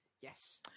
Yes